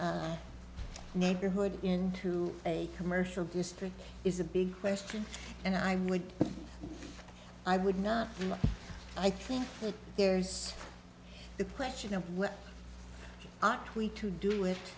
e neighborhood into a commercial district is a big question and i would i would not i think that there's the question of what are we to do it